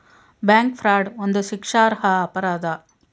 bank fraud ಒಂದು ಶಿಕ್ಷಾರ್ಹ ಅಪರಾಧ